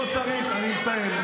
לא צריך, אני מסיים.